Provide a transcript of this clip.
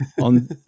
on